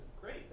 Great